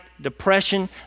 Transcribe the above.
depression